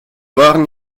waren